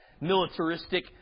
militaristic